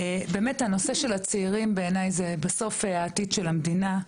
באמת הנושא של הצעירים בעיני זה בסוף העתיד של המדינה,